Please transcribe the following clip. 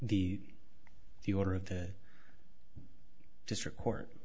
the the order of the district court